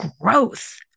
growth